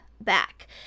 back